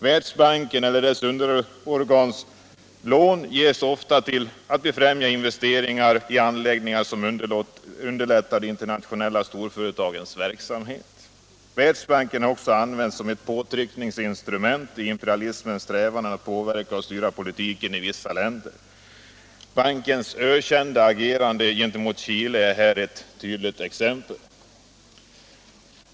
Världsbankens eller dess underorgans lån ges ofta för att främja investeringar i anläggningar som underlättar de internationella storföretagens verksamhet. Världsbanken har också använts som ett påtryckningsinstrument i imperialisternas strävanden att påverka och styra politiken vid vissa länder. Bankens ökända agerande gentemot Chile är här ett tydligt exempel.